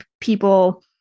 people